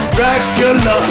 Dracula